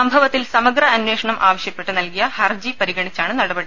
സംഭവത്തിൽ സമഗ്ര അന്വേഷണം ആവശ്യപ്പെട്ട് നൽകിയ ഹർജി പരിഗണി ച്ചാണ് നടപടി